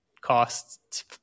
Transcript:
costs